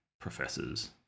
professors